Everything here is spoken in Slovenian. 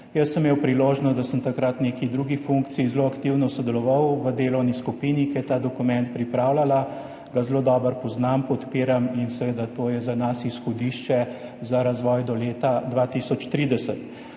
jaz sem imel priložnost, da sem takrat v neki drugi funkciji zelo aktivno sodeloval v delovni skupini, ki je ta dokument pripravljala, ga zelo dobro poznam, podpiram in seveda je to za nas izhodišče za razvoj do leta 2030.